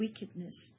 wickedness